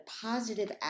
positive